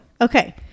Okay